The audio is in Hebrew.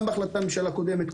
גם בהחלטת ממשלה קודמת.